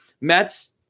Mets